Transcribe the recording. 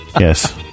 Yes